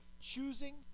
choosing